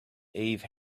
eve